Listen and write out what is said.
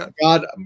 God